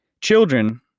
Children